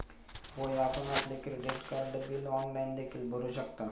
होय, आपण आपले क्रेडिट कार्ड बिल ऑनलाइन देखील भरू शकता